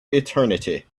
eternity